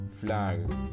flag